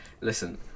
listen